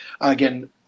again